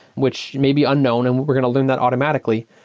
which may be unknown, and we're going to loom that automatically,